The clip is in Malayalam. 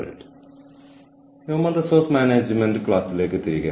സ്ട്രാറ്റജിക് HRM നെക്കുറിച്ചാണ് നമ്മൾ കഴിഞ്ഞ ക്ലാസ്സിൽ സംസാരിച്ചത്